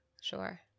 Sure